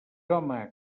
home